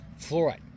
Fluoride